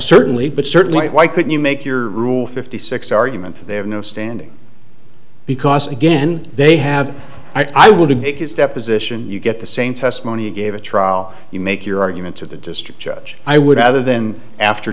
certainly but certainly why couldn't you make your rule fifty six argument they have no standing because again they have i will to make his deposition you get the same testimony you gave a trial you make your argument to the district judge i would rather than after